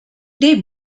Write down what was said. they